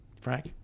Frank